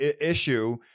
issue